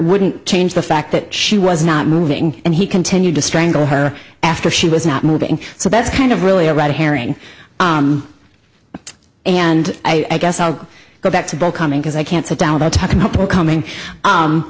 wouldn't change the fact that she was not moving and he continued to strangle her after she was not moving so that's kind of really a red herring and i guess i'll go back to bill coming because i can't sit down without talking up or coming